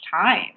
time